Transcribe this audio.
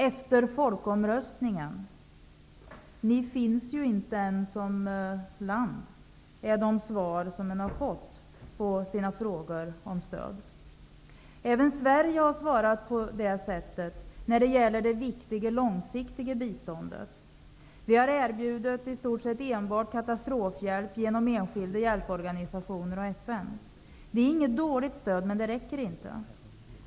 ''Efter folkomröstningen'' eller ''Ni finns ju inte än som land'' har man fått till svar på frågorna om stöd. Även Sverige har svarat så när det gäller det viktiga långsiktiga biståndet. Vi har erbjudit i stort sett enbart katastrofhjälp genom enskilda hjälporganisationer och FN. Det är inget dåligt stöd, men det räcker inte.